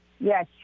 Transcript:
yes